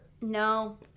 No